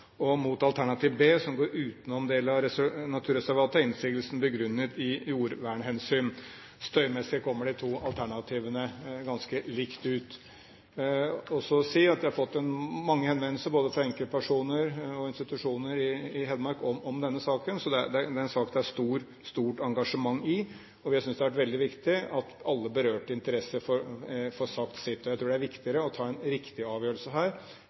mot alternativ B, som går utenom deler av naturreservatet, er begrunnet i jordvernhensyn. Støymessig kommer de to alternativene ganske likt ut. Jeg har fått mange henvendelser, både fra enkeltpersoner og fra institusjoner i Hedmark, om denne saken. Så det er en sak det er stort engasjement for. Jeg synes det er veldig viktig at alle berørte får sagt sitt. Jeg tror det å ta en riktig avgjørelse her